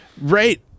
right